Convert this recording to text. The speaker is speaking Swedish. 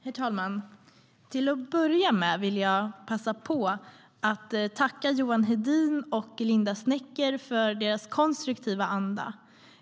Herr talman! Till att börja med vill jag passa på att tacka Johan Hedin och Linda Snecker för deras konstruktiva anda.